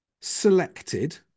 selected